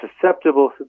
susceptible